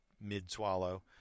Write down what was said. mid-swallow